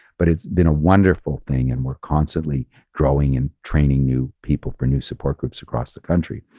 but it's been a wonderful thing and we're constantly growing and training new people for new support groups across the country.